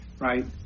right